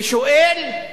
ושואל: